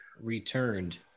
returned